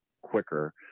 quicker